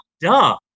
duh